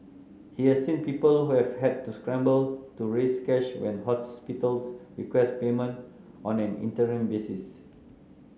he has seen people who have had to scramble to raise cash when hospitals request payment on an interim basis